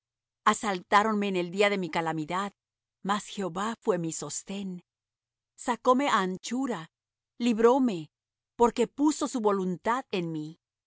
asaltáronme en el día de mi calamidad mas jehová fué mi sostén sacóme á anchura libróme porque puso su voluntad en mí